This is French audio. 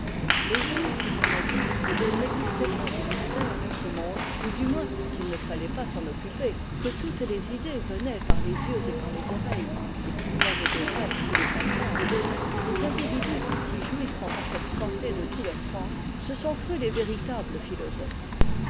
le jour où l'on a dit qu'il n'existait pas de mystères dans ce monde ou du moins qu'il ne fallait pas s'en occuper que toutes les idées venaient par les yeux et par les oreilles et qu'il n'y avait de vrai que le palpable les individus qui jouissent en parfaite santé de tous leurs sens se sont crus les véritables philosophes